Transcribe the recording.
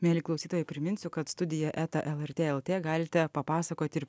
mieli klausytojai priminsiu kad studija eta lrt lt galite papasakoti ir